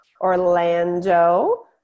Orlando